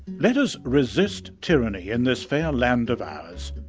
let us resist tyranny in this fair land of ours.